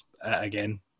again